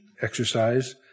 exercise